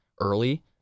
early